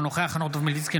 אינו נוכח חנוך דב מלביצקי,